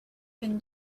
been